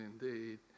indeed